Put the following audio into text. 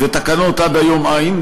תקנות עד היום אין,